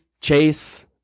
Chase